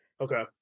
Okay